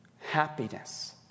happiness